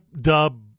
Dub